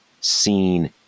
seen